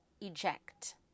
eject